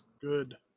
Good